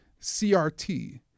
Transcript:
CRT